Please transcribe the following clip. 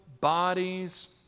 bodies